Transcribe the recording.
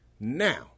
Now